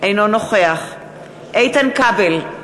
אינו נוכח איתן כבל,